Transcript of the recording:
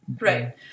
Right